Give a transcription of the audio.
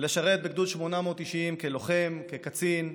ולשרת בגדוד 890 כלוחם, כקצין,